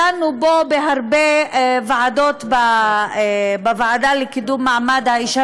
דנו בו בהרבה ועדות ובוועדה לקידום מעמד האישה,